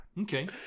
Okay